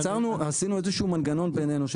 עשינו איזשהו מנגנון בינינו.